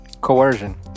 Coercion